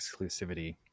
exclusivity